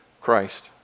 Christ